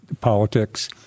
politics